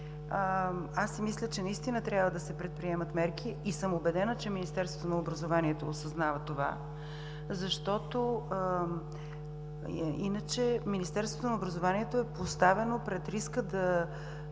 Ви. Мисля, че наистина трябва да се предприемат мерки и съм убедена, че Министерството на образованието и науката осъзнава това. Защото иначе Министерството на образованието е поставено пред риска да